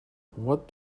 what